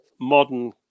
modern